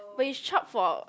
but is Chope for